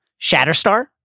Shatterstar